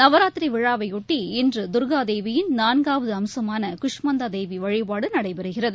நவராத்திரி விழாவையொட்டி இன்று தர்க்னா தேவியின் நான்காவது அம்சமான குஷ்மந்தா தேவி வழிபாடு நடைபெறுகிறது